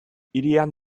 hirian